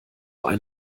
ein